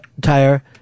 tire